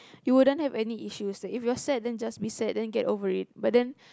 you wouldn't have any issues like if you're sad then just be sad then get over it but then